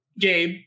Gabe